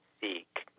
seek